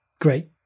great